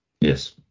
Yes